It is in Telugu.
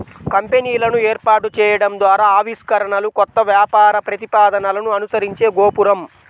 కంపెనీలను ఏర్పాటు చేయడం ద్వారా ఆవిష్కరణలు, కొత్త వ్యాపార ప్రతిపాదనలను అనుసరించే గోపురం